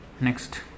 Next